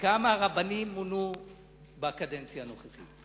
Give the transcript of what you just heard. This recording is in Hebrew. כמה רבנים מונו בקדנציה הנוכחית?